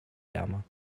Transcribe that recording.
wärmer